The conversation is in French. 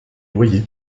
loyers